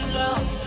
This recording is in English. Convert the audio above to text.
love